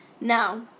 Now